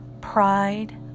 pride